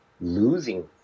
losing